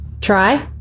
try